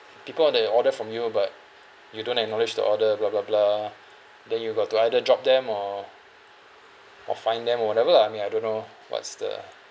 people are they order from you but you don't acknowledge the order blah blah blah then you got to either drop them or or fine them or whatever lah I mean I don't know what's the